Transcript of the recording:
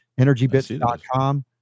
Energybits.com